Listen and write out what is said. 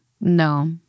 No